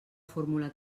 fórmula